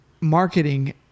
marketing